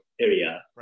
area